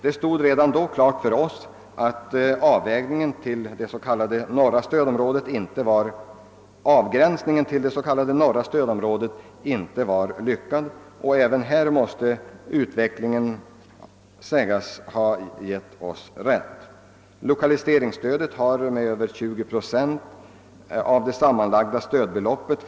Det stod redan då klart för oss att avgränsningen till det s.k. norra stödområdet inte var lyckad — och även här måste utvecklingen sägas ha givit oss rätt. Lokaliseringsstöd har fått lämnas utanför norra stödområdet med över 20 procent av det sammanlagda stödbeloppet.